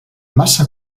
massa